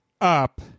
up